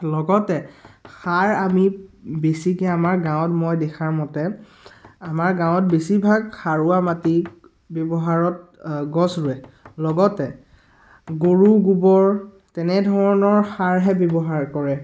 লগতে সাৰ আমি বেছিকৈ আমাৰ গাঁৱত মই দেখাৰ মতে আমাৰ গাঁৱত বেছিভাগ সাৰুৱা মাটি ব্যৱহাৰত গছ ৰুৱে লগতে গৰু গোবৰ তেনেধৰণৰ সাৰহে ব্যৱহাৰ কৰে